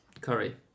Curry